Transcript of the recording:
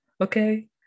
okay